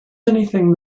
anything